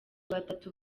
batatu